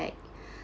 like